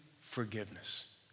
forgiveness